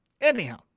Anyhow